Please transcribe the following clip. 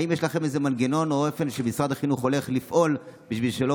האם יש לכם איזה מנגנון או אופן שבו משרד החינוך הולך לפעול בשביל שלא